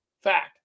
Fact